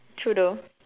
true though